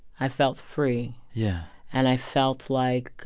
i felt free. yeah and i felt, like,